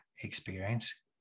experience